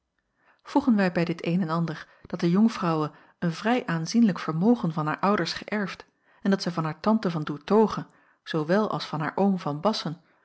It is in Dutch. voegen wij bij dit een en ander dat de jonkvrouwe een vrij aanzienlijk vermogen van haar ouders geërfd en dat zij van haar tante van doertoghe zoowel als van haar oom van bassen